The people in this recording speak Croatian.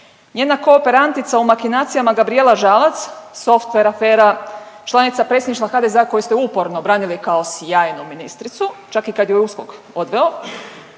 Njena kooperantica u makinacijama Gabrijela Žalac software afera, članica Predsjedništva HDZ-a koju ste uporno branili kao sjajnu ministricu čak i kad ju je USKOK odveo.